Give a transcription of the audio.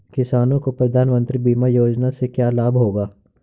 किसानों को प्रधानमंत्री बीमा योजना से क्या लाभ होगा?